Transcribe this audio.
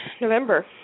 November